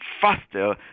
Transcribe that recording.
faster